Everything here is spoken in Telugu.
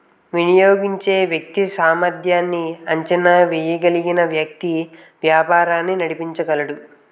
వినియోగించే వ్యక్తి సామర్ధ్యాన్ని అంచనా వేయగలిగిన వ్యక్తి వ్యాపారాలు నడిపించగలడు